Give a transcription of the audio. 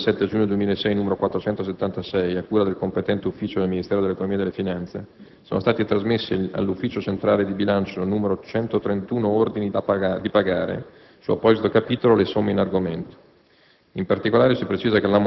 Inoltre, con elenco del 7 giugno 2006, n. 476, a cura del competente ufficio del Ministero dell'economia e delle finanze, sono stati trasmessi all'Ufficio centrale di bilancio n. 131 ordini di pagare, su apposito capitolo, le somme in argomento.